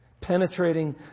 Penetrating